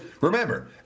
remember